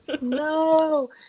No